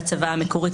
והצוואה המקורית,